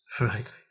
Right